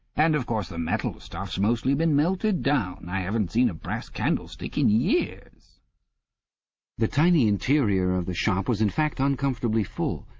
and of course the metal stuff's mostly been melted down. i haven't seen a brass candlestick in years the tiny interior of the shop was in fact uncomfortably full,